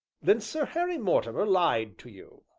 then sir harry mortimer lied to you,